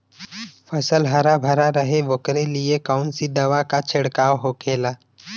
फसल हरा भरा रहे वोकरे लिए कौन सी दवा का छिड़काव होखेला?